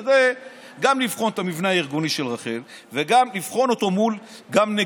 כדי גם לבחון את המבנה הארגוני של רח"ל וגם לבחון אותו מול נגיפים.